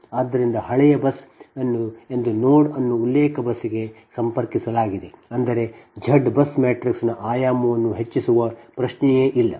ಆದ್ದರಿಂದ ಹಳೆಯ ಬಸ್ ಎಂದು ನೋಡ್ ಅನ್ನು ಉಲ್ಲೇಖ ಬಸ್ಗೆ ಸಂಪರ್ಕಿಸಲಾಗಿದೆ ಅಂದರೆ Z ಬಸ್ ಮ್ಯಾಟ್ರಿಕ್ಸ್ನ ಆಯಾಮವನ್ನು ಹೆಚ್ಚಿಸುವ ಪ್ರಶ್ನೆಯೇ ಇಲ್ಲ